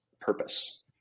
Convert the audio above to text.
purpose